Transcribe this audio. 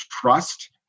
trust